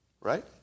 right